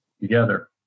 together